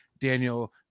Daniel